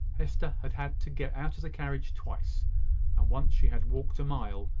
hester had had to get out of the carriage twice and once she had walked a mile,